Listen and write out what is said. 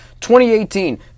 2018